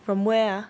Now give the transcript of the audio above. from where ah